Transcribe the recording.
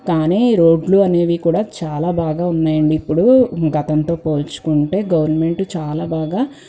కానీ రోడ్లు అనేవి కూడా చాలా బాగా ఉన్నాయండి ఇప్పుడు గతంతో పోల్చుకుంటే గవర్నమెంటు చాలా బాగా